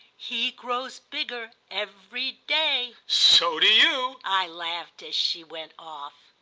he grows bigger every day. so do you! i laughed as she went off.